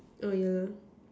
oh yeah lah